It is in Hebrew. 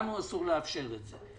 לנו אסור לאפשר את זה.